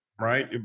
Right